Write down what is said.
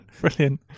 Brilliant